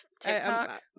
TikTok